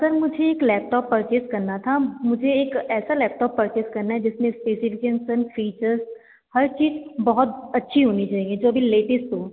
sir मुझे एक laptop purchase करना था मुझे एक ऐसा लैपटॉप परचेज़ करना है जिसमें इस्पेसिफिकेंसन फ़ीचर्स हर चीज़ बहुत अच्छी होनी चहिए जो अभी लेटेस्ट हो